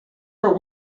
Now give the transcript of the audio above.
for